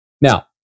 Now